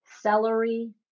celery